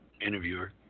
interviewer